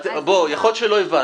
יכול להיות שלא הבנת.